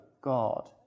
God